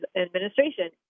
administration